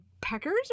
peckers